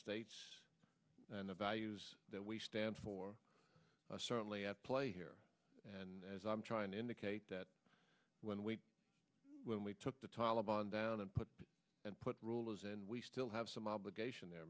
states and the values that we stand for certainly at play here and as i'm trying to indicate that when we when we took the taliban down and put and put rules and we still have some obligation there